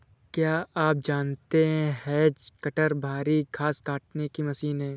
क्या आप जानते है हैज कटर भारी घांस काटने की मशीन है